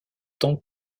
tant